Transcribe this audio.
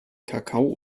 kakao